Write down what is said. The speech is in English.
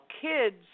Kids